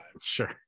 Sure